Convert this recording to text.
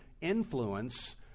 influence